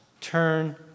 turn